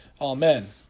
Amen